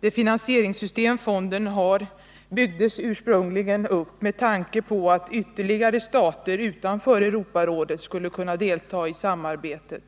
Det finansieringssystem fonden har byggdes ursprungligen upp med tanke på att ytterligare stater utanför Europarådet skulle kunna delta i samarbetet,